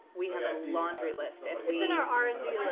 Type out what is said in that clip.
we have a laundry list. and it's in our r and d list.